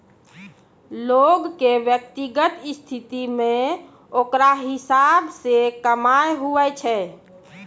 लोग के व्यक्तिगत स्थिति मे ओकरा हिसाब से कमाय हुवै छै